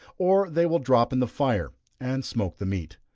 or they will drop in the fire and smoke the meat.